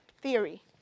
theory